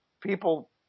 people